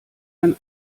ein